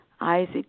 Isaac